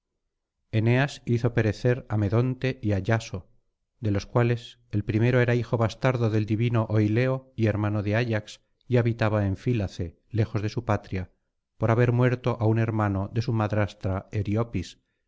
eneas hizo perecer á medonte y á yaso de los cuales el primero era hijo bastardo del divino oileo y hermano de ayax y habitaba en fílace lejos de su patria por haber muerto á un hermano de su madrastra